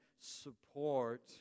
support